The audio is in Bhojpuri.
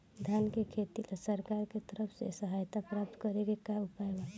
धान के खेती ला सरकार के तरफ से सहायता प्राप्त करें के का उपाय बा?